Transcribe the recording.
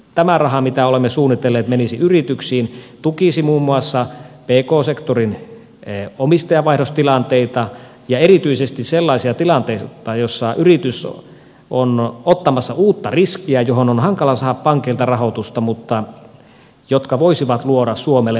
tämä raha mitä olemme suunnitelleet menisi yrityksiin tukisi muun muassa pk sektorin omistajavaihdostilanteita ja erityisesti sellaisia tilanteita joissa yritys on ottamassa uutta riskiä johon on hankala saada pankeilta rahoitusta mutta jotka voisivat luoda suomelle uutta kasvua